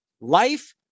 life